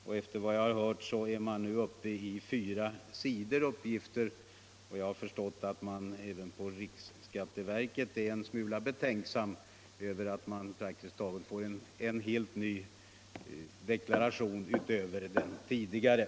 Bilagan lär nu vara uppe = Lo i fyra sidor, och jag har förstått att man även i riksskatteverket är en - Om samordning av smula betänksam över att det på det här sättet praktiskt taget tillkommer = företagens uppgifts en ny deklaration utöver den tidigare.